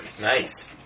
Nice